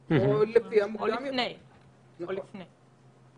מלע"מ ימים ספורים אחרי פסק הדין והרשימה